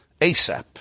ASAP